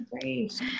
Great